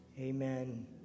Amen